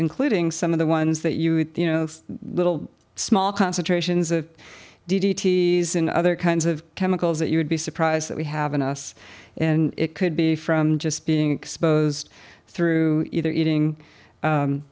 including some of the ones that you would you know little small concentrations of d d t xin other kinds of chemicals that you would be surprised that we have in us in it could be from just being exposed through either eating